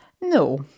No